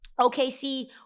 OKC